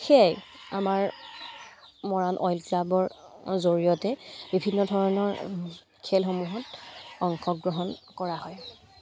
সেয়াই আমাৰ মৰাণ অইল ক্লাবৰ জৰিয়তে বিভিন্ন ধৰণৰ খেলসমূহত অংশগ্ৰহণ কৰা হয়